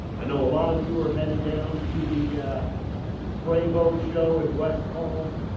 i know a lot of you are headed down to the prevost show in west palm,